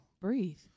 breathe